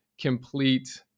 complete